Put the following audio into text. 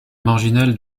marginal